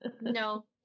no